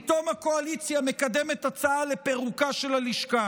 פתאום הקואליציה מקדמת הצעה לפירוקה של הלשכה.